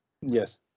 Yes